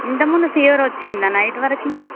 ఇంతక ముందు ఫీవర్ వచ్చిందా నైట్ వరకు మరి